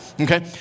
Okay